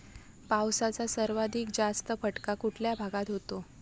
पावसाचा सर्वाधिक जास्त फटका कुठल्या भागात होतो?